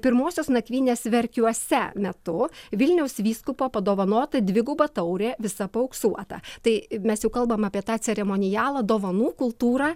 pirmosios nakvynės verkiuose metu vilniaus vyskupo padovanota dviguba taurė visa paauksuota tai mes jau kalbam apie tą ceremonialą dovanų kultūrą